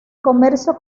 comercio